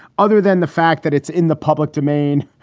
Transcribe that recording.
other than the fact that it's in the public domain.